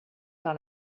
par